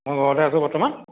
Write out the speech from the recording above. মই ঘৰতে আছোঁ বৰ্তমান